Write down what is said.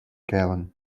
gallen